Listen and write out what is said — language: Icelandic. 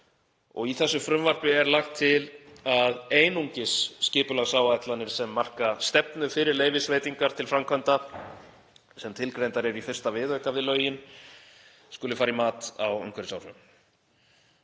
Í þessu frumvarpi er lagt til að einungis skipulagsáætlanir sem marka stefnu fyrir leyfisveitingar til framkvæmda, sem tilgreindar eru í 1. viðauka við lögin, skuli fara í mat á umhverfisáhrifum.